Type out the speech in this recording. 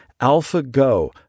AlphaGo